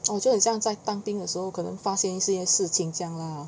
我觉得很像在当兵的时候可能发现一些事情这样 lah